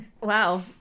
Wow